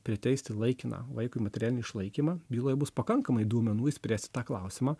priteisti laikiną vaikui materialinį išlaikymą byloje bus pakankamai duomenų išspręsti tą klausimą